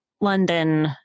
London